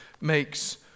makes